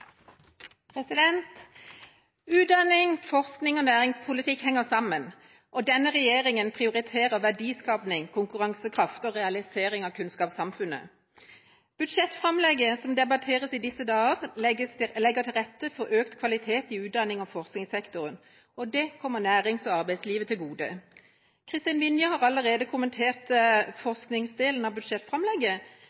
Utdanning, forskning og næringspolitikk henger sammen. Denne regjeringa prioriterer verdiskaping, konkurransekraft og realisering av kunnskapssamfunnet. Budsjettframlegget som debatteres i disse dager, legger til rette for økt kvalitet i utdannings- og forskningssektoren. Det kommer nærings- og arbeidslivet til gode. Kristin Vinje har allerede kommentert